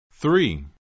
three